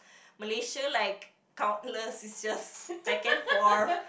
Malaysia like countless is just back and forth